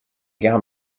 through